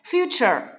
Future